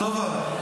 סובה, סובה.